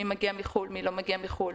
מי מגיע מחו"ל ומי לא מגיע מחו"ל,